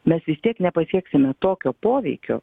mes vis tiek nepasieksime tokio poveikio